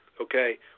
okay